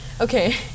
Okay